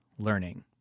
Learning